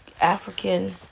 African